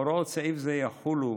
הוראות סעיף זה יחולו